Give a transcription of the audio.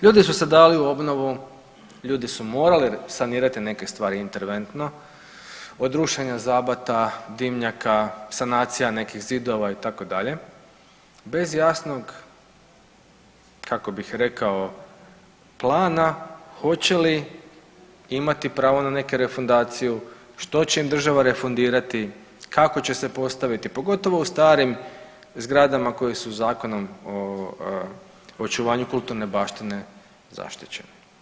Ljudi su se dali u obnovu, ljudi su morali sanirati neke stvari interventno od rušenja zabata, dimnjaka, sanacija nekih zidova itd. bez jasnog kako bih rekao plana hoće li imati pravo na neku refundaciju, što će im država refundirati, kako će se postaviti pogotovo u starim zgradama koje su Zakonom o očuvanju kulturne baštine zaštićene.